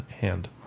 hand